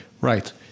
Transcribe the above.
Right